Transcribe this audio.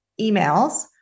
emails